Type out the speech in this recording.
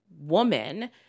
woman